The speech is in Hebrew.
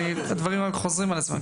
והדברים חוזרים על עצמם.